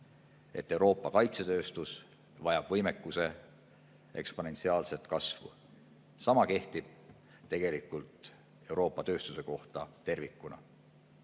et Euroopa kaitsetööstus vajab võimekuse eksponentsiaalset kasvu. Sama kehtib tegelikult Euroopa tööstuse kohta tervikuna.